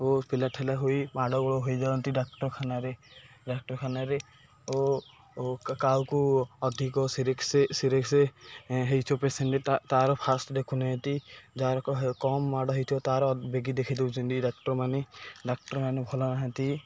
ବହୁତ ପିଲା ଠେଲା ହୋଇ ମାଡ଼ ଗୋଳ ହୋଇଯାଆନ୍ତି ଡାକ୍ତରଖାନାରେ ଡାକ୍ତରଖାନାରେ ଓ କାହାକୁ ଅଧିକ ହୋଇଛି ପେସେଣ୍ଟରେ ତାର ଫାଷ୍ଟ ଦେଖୁନାହାନ୍ତି ଯାହାର କମ୍ ମାଡ଼ ହୋଇଛି ତାର ଜଲଦି ଦେଖି ଦେଉଛନ୍ତି ଡାକ୍ତରମାନେ ଡାକ୍ତରମାନେ ଭଲ ନାହାନ୍ତି